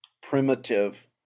primitive